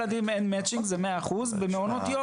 זאת אומרת הקושי גם כאן,